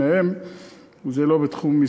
אחד.